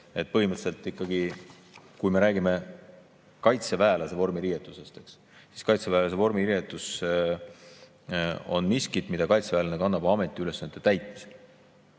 põhimõtteliselt ikkagi, kui me räägime kaitseväelase vormiriietusest, eks, siis kaitseväelase vormiriietus on miski, mida kaitseväelane kannab ametiülesannete täitmisel.